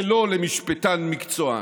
ולא למשפטן מקצוען,